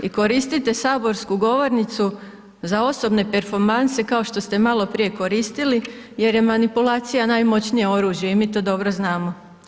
I koristite saborsku govornicu za osobne performanse, kao što ste maloprije koristili jer je manipulacija najmoćnije oružje i mi to dobro znamo.